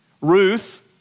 Ruth